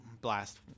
blast